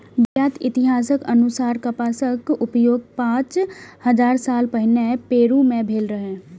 ज्ञात इतिहासक अनुसार कपासक उपयोग पांच हजार साल पहिने पेरु मे भेल रहै